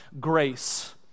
grace